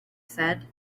said